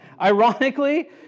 Ironically